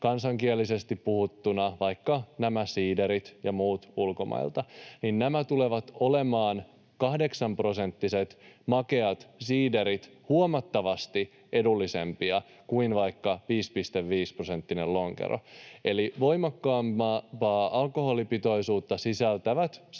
kansankielisesti puhuttuna vaikka nämä siiderit ja muut ulkomailta. Nämä kahdeksanprosenttiset makeat siiderit tulevat olemaan huomattavasti edullisempia kuin vaikka 5,5-prosenttinen lonkero. Eli voimakkaampaa alkoholipitoisuutta sisältävät